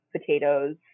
potatoes